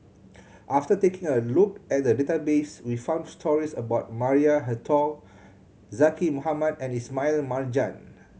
after taking a look at the database we found stories about Maria Hertogh Zaqy Mohamad and Ismail Marjan